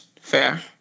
fair